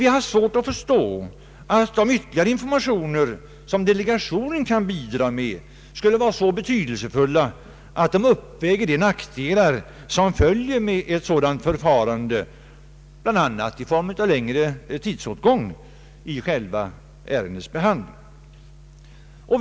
Vi har svårt att förstå att de ytterligare informationer som delegationen kan bidra med skulle vara så betydelsefulla, att de uppväger nackdelarna av ett sådant förfarande, bl.a. i form av längre tidsåtgång vid själva ärendenas behandling.